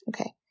Okay